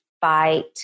fight